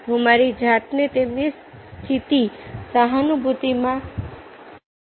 હું મારી જાતને તેમની સ્થિતિ સહાનુભૂતિમાં સમજવાનો પ્રયાસ કરું છું